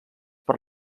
per